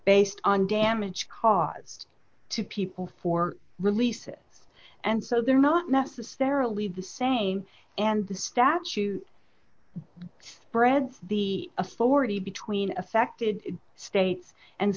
based on damage caused to people for releases and so they're not necessarily the same and the statute spreads the authority between affected states and